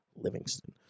Livingston